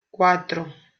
cuatro